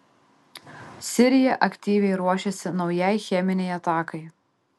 sirija aktyviai ruošėsi naujai cheminei atakai